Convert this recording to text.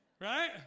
Right